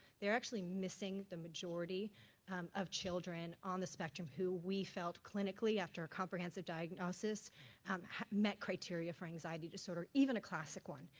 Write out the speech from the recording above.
they're actually missing the majority of children on the spectrum who we felt clinically after a comprehensive diagnosis met criteria for anxiety disorder, even a classic one.